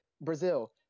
Brazil